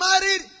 married